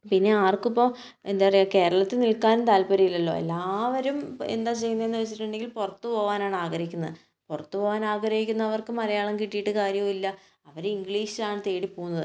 പിന്നെ ആർക്കും ഇപ്പം എന്താ പറയുക കേരളത്തിൽ നിൽക്കാൻ താത്പര്യമില്ലലോ എല്ലാവരും ഇപ്പം എന്താ ചെയ്യുന്നതെന്ന് വെച്ചിട്ടുണ്ടെങ്കിൽ പുറത്തു പോകാനാണ് ആഗ്രഹിക്കുന്നത് പുറത്തു പോകാൻ ആഗ്രഹിക്കുന്നവർക്ക് മലയാളം കിട്ടിയിട്ട് കാര്യവുമില്ല അവർ ഇംഗ്ലീഷാണ് തേടി പോകുന്നത്